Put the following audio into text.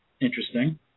interesting